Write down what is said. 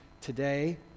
today